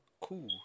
Cool